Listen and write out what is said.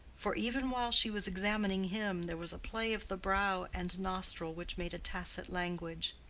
for even while she was examining him there was a play of the brow and nostril which made a tacit language.